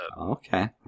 Okay